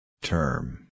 Term